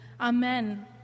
Amen